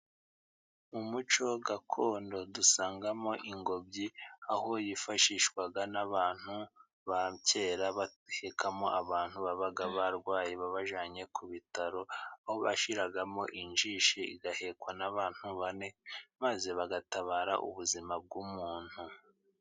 Umuco gakondo dusangamo ingobyi，aho yifashishwaga n'abantu ba kera，bahekamo abantu babaga barwaye， babajyanye ku bitaro， aho bashyiragamo injishi， igahekwa n'abantu bane maze bagatabara ubuzima bw'umuntu.